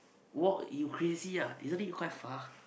walk you crazy ah isn't it quite far